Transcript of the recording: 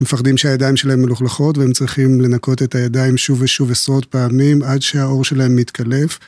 מפחדים שהידיים שלהם מלוכלכות והם צריכים לנקות את הידיים שוב ושוב עשרות פעמים עד שהאור שלהם מתקלף.